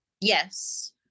Yes